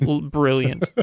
Brilliant